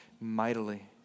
mightily